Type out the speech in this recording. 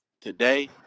today